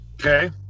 Okay